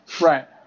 Right